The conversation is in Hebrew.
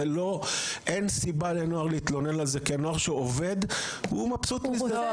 אין סיבה שהנוער יתלונן על זה כי הנוער שעובד מבסוט מזה.